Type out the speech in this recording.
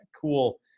cool